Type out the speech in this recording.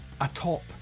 atop